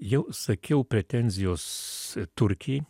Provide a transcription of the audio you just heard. jau sakiau pretenzijos turkijai